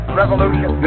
revolution